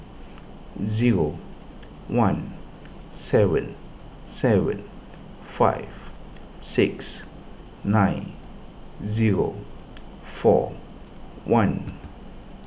zero one seven seven five six nine zero four one